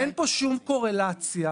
שום קורלציה